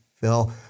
Phil